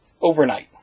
overnight